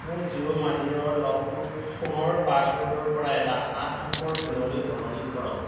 মোৰ জিঅ' মানিৰ লকটো ফোনৰ পাছৱৰ্ডৰ পৰা এটা সাত অংকৰ পিনলৈ সলনি কৰক